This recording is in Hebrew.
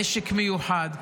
נשק מיוחד,